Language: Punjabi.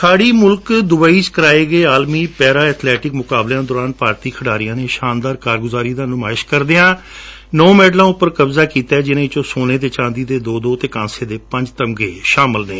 ਖਾੜੀ ਮੁਲਕ ਦੁਬਈ ਵਿੱਚ ਕਰਵਾਏ ਗਏ ਆਲਮੀ ਪੈਰਾ ਅਬਲੈਟਿਕ ਮੁਕਾਬਲਿਆਂ ਦੌਰਾਨ ਭਾਰਤੀ ਖਿਡਾਰੀਆਂ ਨੇ ਸ਼ਾਨਦਾਰ ਕਾਰਗੁਜਾਰੀਆਂ ਦੀ ਨੁਮਾਇਸ਼ ਕਰਦਿਆਂ ਨੌ ਮੈਡਲਾਂ ਉਂਪਰ ਕਬਜਾ ਕੀਤੈ ਜਿਨਾਂ ਵਿੱਚ ਸੋਨੇ ਅਤੇ ਚਾਂਦੀ ਦੇ ਦੋ ਦੋ ਅਤੇ ਕਾਂਸੇ ਦੇ ਪੰਜ ਤਮਗੇ ਸ਼ਾਮਲ ਨੇ